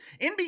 NBA